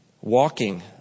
walking